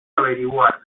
averiguar